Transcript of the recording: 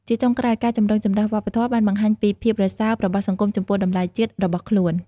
ជាចុងក្រោយ ការចម្រូងចម្រាសវប្បធម៌បានបង្ហាញពីភាពរសើបរបស់សង្គមចំពោះតម្លៃជាតិរបស់ខ្លួន។